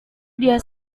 dia